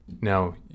now